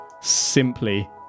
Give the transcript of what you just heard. simply